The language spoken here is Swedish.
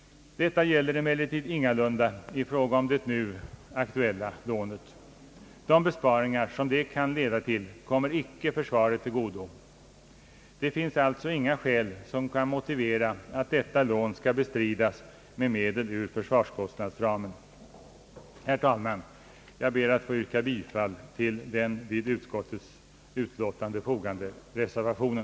Detta gäller emellertid ingalunda i fråga om det nu aktuella lånet. De besparingar som det kan leda till kommer inte försvaret till godo. Det finns alltså inga skäl som kan motivera att detta lån skall bestridas med medel ur försvarskostnadsramen. Herr talman! Jag ber att få yrka bifall till reservationen.